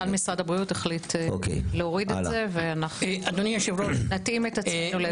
מנכ"ל משרד הבריאות החליט להוריד את זה נתאים עצמנו לאירופה.